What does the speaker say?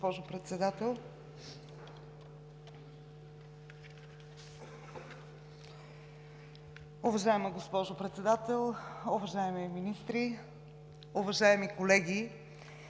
Уважаема госпожо Председател, уважаеми министри, уважаеми колеги!